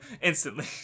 instantly